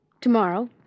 Tomorrow